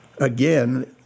again